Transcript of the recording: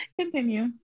continue